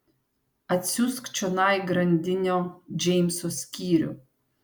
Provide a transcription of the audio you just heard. atsiųsk čionai grandinio džeimso skyrių